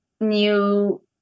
new